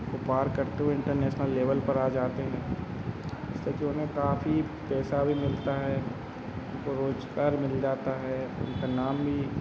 को पार करते हुए इंटरनेसनल लेवल पर आ जाते हैं जिससे कि उन्हें काफ़ी पैसा भी मिलता है उनको रोज़गार मिल जाता है उनका नाम भी